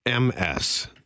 MS